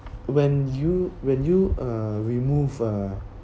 when you when you uh remove uh